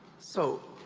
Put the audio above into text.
so.